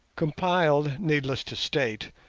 compiled, needless to state,